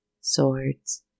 swords